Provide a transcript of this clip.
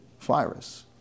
virus